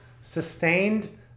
sustained